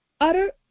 utter